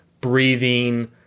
breathing